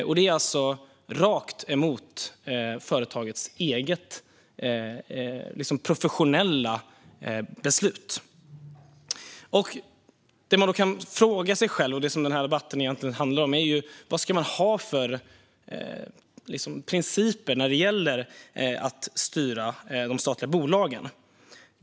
Detta går alltså rakt emot företagets eget professionella beslut. Det man kan fråga sig och det som denna debatt egentligen handlar om är vad man ska ha för principer när det gäller att styra de statliga bolagen.